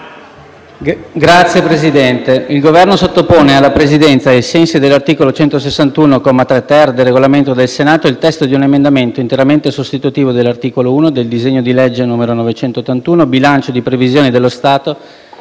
Signor Presidente, il Governo sottopone alla Presidenza, ai sensi dell'articolo 161, comma 3*-ter* del Regolamento del Senato, il testo di un emendamento interamente sostitutivo dell'articolo 1 del disegno di legge n. 981 «Bilancio di previsione dello Stato